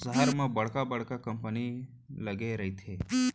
सहर म बड़का बड़का कंपनी लगे रहिथे